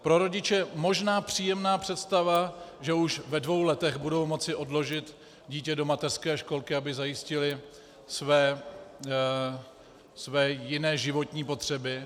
Pro rodiče možná příjemná představa, že už ve dvou letech budou moci odložit dítě do mateřské školky, aby zajistili své jiné životní potřeby.